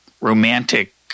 romantic